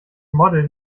model